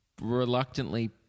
reluctantly